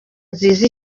nziza